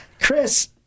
Chris